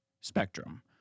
spectrum